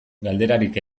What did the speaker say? galderarik